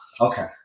Okay